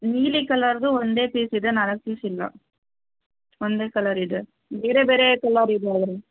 ನೀಲಿ ಕಲರ್ದು ಒಂದೇ ಪೀಸ್ ಇದೆ ನಾಲ್ಕು ಪೀಸ್ ಇಲ್ಲ ಒಂದೇ ಕಲರ್ ಇದೆ ಬೇರೆ ಬೇರೆ ಕಲರ್ ಇದೆ ಆದರೆ